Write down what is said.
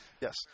Yes